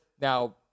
Now